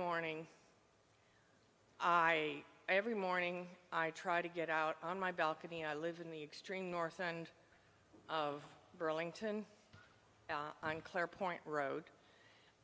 morning i every morning i try to get out on my balcony i live in the extreme north end of burlington i'm claire point road